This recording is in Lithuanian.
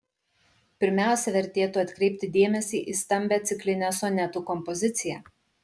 pirmiausia vertėtų atkreipti dėmesį į stambią ciklinę sonetų kompoziciją